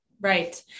Right